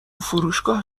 فروشگاه